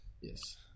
yes